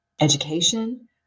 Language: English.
education